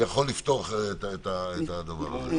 יכול לפתור את הדבר הזה.